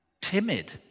timid